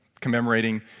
commemorating